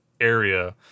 area